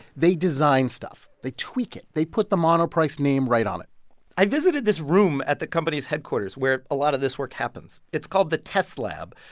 they design stuff. they tweak it. they put the monoprice name right on it i visited this room at the company's headquarters where a lot of this work happens. it's called the test lab.